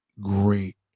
great